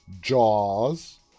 Jaws